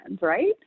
right